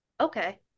okay